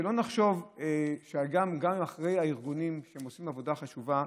שלא נחשוב, גם אחרי הארגונים, שעושים עבודה חשובה,